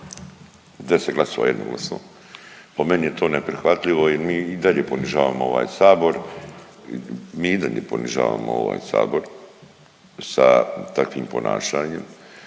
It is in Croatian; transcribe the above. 10 glasova jednoglasno. Po meni je to neprihvatljivo i mi i dalje ponižavamo ovaj sabor, mi i dalje ponižavamo ovaj sabor sa takvim ponašanjem